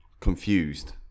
confused